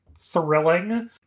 thrilling